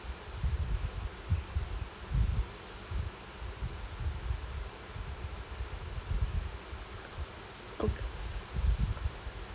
okay